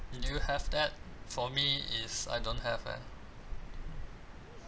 do you have that for me is I don't have eh